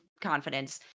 confidence